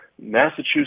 Massachusetts